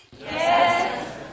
yes